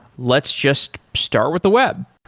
let's just start with the web.